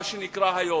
מה שנקרא היום,